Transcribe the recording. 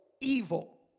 evil